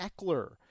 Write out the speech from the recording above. Eckler